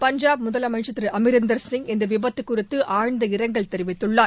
பஞ்சாப் முதலமைச்சா் திரு அமரிந்தா் சிங் இந்த விபத்து குறித்து ஆழ்ந்த இரங்கல் தெரிவித்துள்ளார்